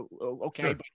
okay